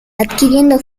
adquiriendo